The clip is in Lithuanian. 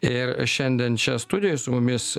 ir šiandien čia studijoj su mumis